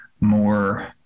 more